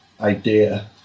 idea